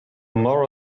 more